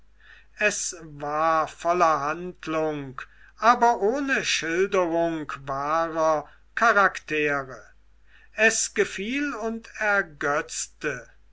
es war voller handlung aber ohne schilderung wahrer charaktere es gefiel und ergötzte